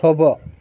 થોભો